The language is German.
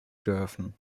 dürfen